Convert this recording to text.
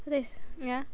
this ya